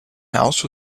house